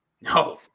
No